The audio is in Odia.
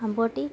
ଆମ୍ବଟି